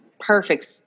perfect